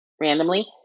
randomly